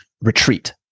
retreat